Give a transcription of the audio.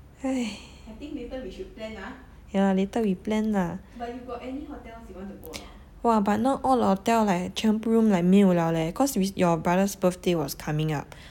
!hais! yeah later we plan lah !wah! but now all the hotel like 全部 room like 没有 liao leh cause we your brother's birthday was coming up